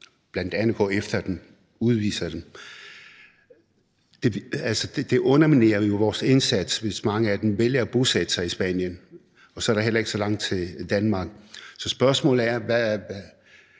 bl.a. går efter dem, udviser dem, jo bliver undermineret, altså vores indsats undermineres, hvis mange af dem vælger at bosætte sig i Spanien, og så er der heller ikke så langt til Danmark. Så spørgsmålet er, om